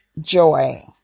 joy